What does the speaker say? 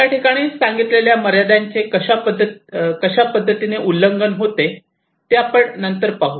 याठिकाणी सांगितलेल्या मर्यादांचे कशा पद्धतीने उल्लंघन होते ते आपण नंतर पाहू